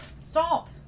Stop